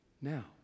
Now